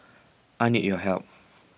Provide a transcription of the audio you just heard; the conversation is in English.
I need your help